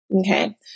okay